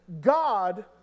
God